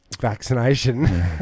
vaccination